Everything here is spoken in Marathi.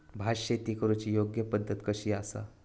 भात शेती करुची योग्य पद्धत कशी आसा?